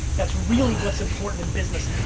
that's really, what's important in business.